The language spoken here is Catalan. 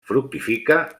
fructifica